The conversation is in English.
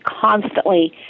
constantly